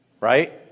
right